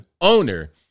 owner